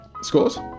scores